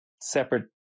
separate